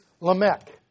Lamech